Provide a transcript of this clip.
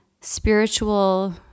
spiritual